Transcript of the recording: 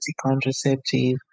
contraceptive